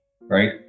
right